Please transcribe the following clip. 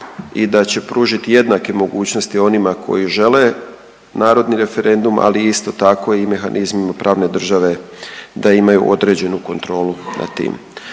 i da će pružiti jednake mogućnosti onima koji žele narodni referendum, ali isto tako i mehanizmima pravne države da imaju određenu kontrolu nad tim.